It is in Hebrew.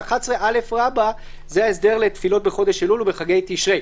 ו-11א רבא זה ההסדר לתפילות בחודש אלול ובחגי תשרי.